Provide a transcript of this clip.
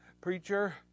Preacher